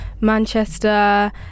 manchester